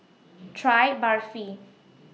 Try Barfi